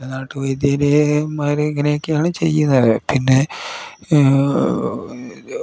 ചില നാട്ടു വൈദ്യയിൽ മാർ ഇങ്ങനെയൊക്കെയാണ് ചെയ്യുന്നത് പിന്നെ